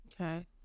Okay